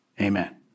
Amen